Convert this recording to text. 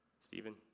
Stephen